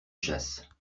chasse